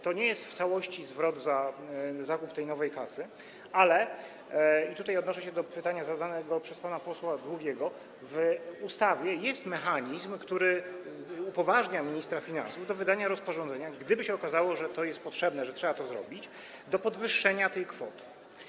To nie jest w całości zwrot za zakup nowej kasy, ale - odnoszę się do pytania zadanego przez pana posła Długiego - w ustawie jest mechanizm, który upoważnia ministra finansów do wydania rozporządzenia, gdyby się okazało, że to jest potrzebne, że trzeba to zrobić, do podwyższenia tej kwoty.